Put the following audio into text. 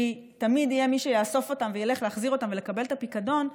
כי תמיד יהיה מי שיאסוף אותם וילך להחזיר אותם ולקבל את הפיקדון,